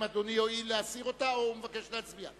האם אדוני יואיל להסיר אותה או שהוא מבקש להצביע?